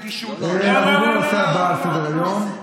נעבור להצעה לסדר-היום.